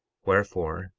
wherefore,